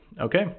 Okay